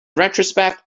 retrospect